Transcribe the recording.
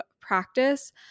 practice